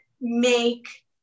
make